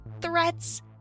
threats